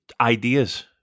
ideas